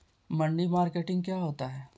मंडी मार्केटिंग क्या होता है?